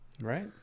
Right